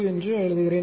என்று எழுதுகிறேன்